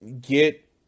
get